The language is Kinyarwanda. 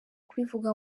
kubivuga